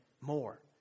more